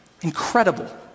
Incredible